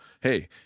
hey